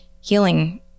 healing